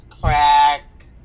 crack